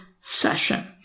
session